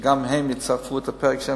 וגם הם יצרפו את הפרק שלהם.